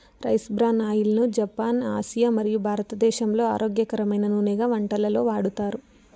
rice bran oil ను Japan, Asia మరియు భారతదేశంలో ఆరోగ్యకరమైన నూనెగా వంటలలో వాడతారు